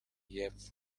y’epfo